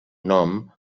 nom